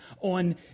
on